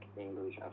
English